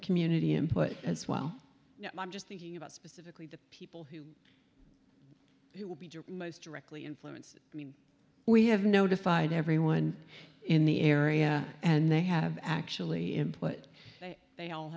community input as well i'm just thinking about specifically the people who will be most directly influence i mean we have notified everyone in the area and they have actually imply that they all